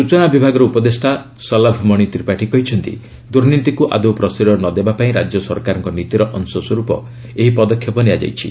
ସୂଚନା ବିଭାଗର ଉପଦେଷ୍ଟା ସଲଭ୍ ମଣି ତ୍ରିପାଠୀ କହିଛନ୍ତି ଦୁର୍ନୀତିକୁ ଆଦୌ ପ୍ରଶ୍ରୟ ନ ଦେବାପାଇଁ ରାଜ୍ୟ ସରକାରଙ୍କ ନୀତିର ଅଂଶସ୍ୱରୂପ ଏହି ପଦକ୍ଷେପ ନିଆଯାଇଛି